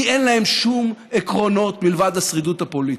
כי אין להם שום עקרונות מלבד השרידות הפוליטית,